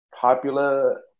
popular